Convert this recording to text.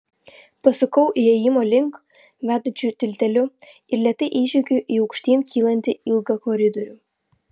pasukau įėjimo link vedančiu tilteliu ir lėtai įžengiau į aukštyn kylantį ilgą koridorių